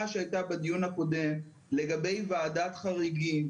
שהיתה בדיון הקודם לגבי ועדת חריגים,